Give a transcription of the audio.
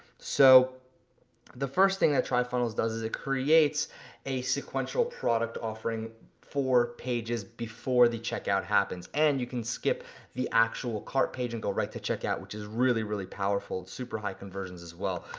so the first thing that trifunnels does is it creates a sequential product offering for pages before the checkout happens, and you can skip the actual cart page and go right to checkout which is really really powerful, super high conversions as well.